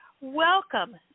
welcome